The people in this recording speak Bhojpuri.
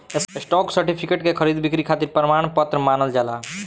स्टॉक सर्टिफिकेट के खरीद बिक्री खातिर प्रमाण पत्र मानल जाला